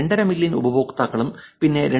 5 million ഉപയോക്താക്കളും പിന്നെ 2